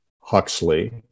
Huxley